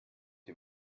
die